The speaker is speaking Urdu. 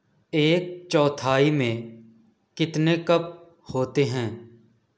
ایک چوتھائی میں کتنے کپ ہوتے ہیں